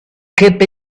keep